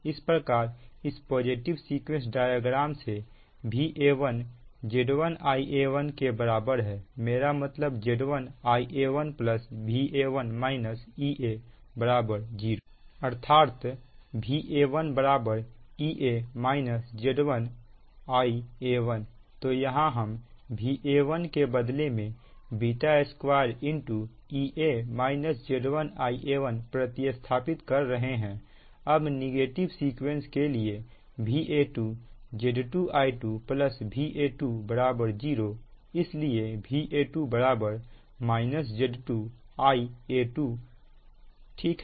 इस प्रकार इस पॉजिटिव सीक्वेंस डायग्राम से Va1 Z1 Ia1 के बराबर है मेरा मतलब Z1 Ia1 Va1 - Ea 0 अर्थात Va1 Ea Z1 Ia1 तो यहां हम Va1 के बदले में β2 प्रति स्थापित कर रहे हैं अब नेगेटिव सीक्वेंस के लिए Va2 Z2 I2 Va2 0 इसलिए Va2 Z2 Ia2 ठीक है